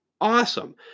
awesome